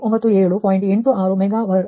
86 mega ವರ್ಆಗಿ ಸಿಗುತ್ತದೆ